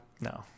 No